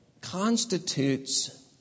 constitutes